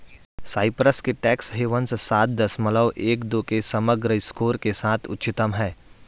Cyprus के tax havens सात दशमलव एक दो के समग्र स्कोर के साथ उच्चतम हैं